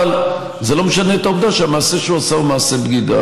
אבל זה לא משנה את העובדה שהמעשה שהוא עשה הוא מעשה בגידה.